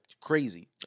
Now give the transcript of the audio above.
Crazy